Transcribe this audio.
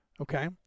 Okay